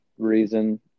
reason